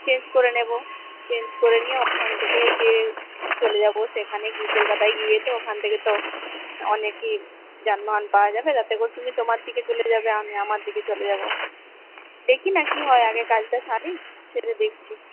change করে নেব change করে নিয়ে ওখান থেকে যে চলে যাব সেখানে গিয়ে কলকাতায় গিয়ে তো ওখান থেকে তো অনেকই যানবাহন পাওয়া যাবে তাতে করে তুমি তোমার দিকে চলে যাবে আমি আমার দিকে চলে যাব দেখি না কী হয় আগে কাজটা সারি সেরে দেখছি